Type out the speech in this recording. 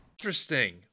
Interesting